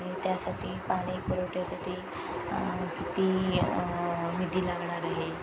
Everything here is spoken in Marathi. आणि त्यासाठी पाणी पुरवठ्यासाठी किती विधी लागणार आहे